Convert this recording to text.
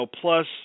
plus